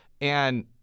And-